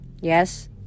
Yes